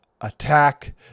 attack